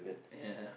ya